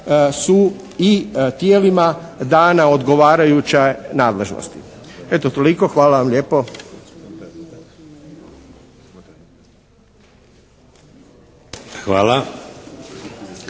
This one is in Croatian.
su i tijelima dana odgovarajuće nadležnosti. Eto, toliko. Hvala vam lijepo.